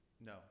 no